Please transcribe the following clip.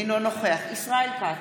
אינו נוכח ישראל כץ,